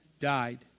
died